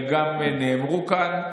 הם גם נאמרו כאן.